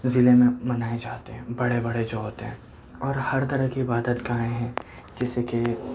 ضلع میں منائے جاتے ہیں بڑے بڑے جو ہوتے ہیں اور ہر طرح کی عبادت گاہیں جیسے کہ